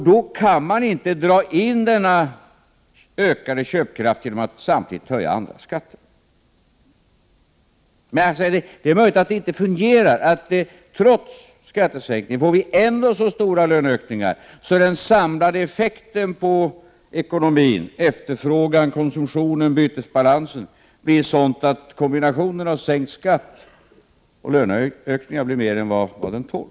Då kan man inte dra in denna ökade köpkraft genom att samtidigt höja andra skatter. Det är emellertid möjligt att detta inte fungerar, att vi trots skattesänkningen får så stora löneökningar att den samlade effekten på ekonomin, efterfrågan, konsumtionen och bytesbalansen blir sådan att kombinationen av sänkt skatt och löneökningar blir mer än vad ekonomin etc.